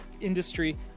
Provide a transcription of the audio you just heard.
industry